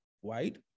white